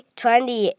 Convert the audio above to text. twenty